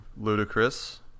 ludicrous